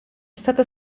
stata